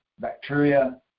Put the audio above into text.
bacteria